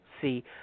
see